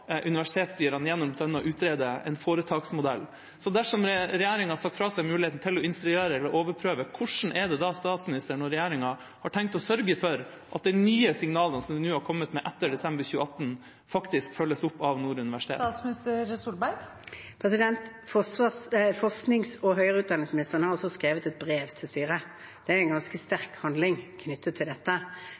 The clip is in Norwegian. universitetsstyrene gjennom bl.a. å utrede en foretaksmodell. Så dersom regjeringa har sagt fra seg muligheten til å instruere eller overprøve, hvordan er det da statsministeren og regjeringa har tenkt å sørge for at de nye signalene som de har kommet med etter desember 2018, faktisk følges opp av Nord universitet? Forsknings- og høyere utdanningsministeren har skrevet et brev til styret – det er en ganske sterk handling knyttet til dette